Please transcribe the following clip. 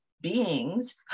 beings